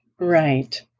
Right